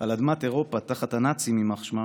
על אדמת אירופה תחת הנאצים, יימח שמם,